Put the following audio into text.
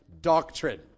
doctrine